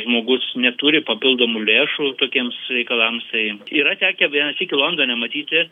žmogus neturi papildomų lėšų tokiems reikalams tai yra tekę vieną sykį londone matyti